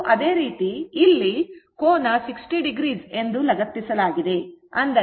ಮತ್ತು ಅದೇ ರೀತಿ ಇಲ್ಲಿ ಕೋನ 60o ಎಂದು ಲಗತ್ತಿಸಲಾಗಿದೆ